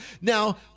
Now